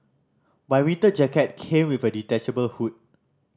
my winter jacket came with a detachable hood